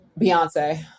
Beyonce